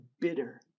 bitter